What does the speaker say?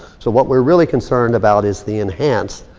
so what we're really concerned about is the enhanced,